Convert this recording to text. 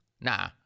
nah